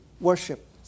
worship